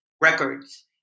records